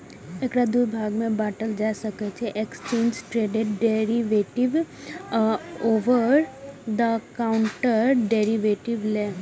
एकरा दू भाग मे बांटल जा सकै छै, एक्सचेंड ट्रेडेड डेरिवेटिव आ ओवर द काउंटर डेरेवेटिव लेल